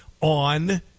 on